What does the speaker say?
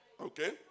Okay